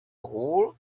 whole